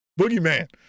boogeyman